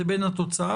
לבין התוצאה,